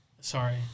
sorry